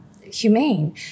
humane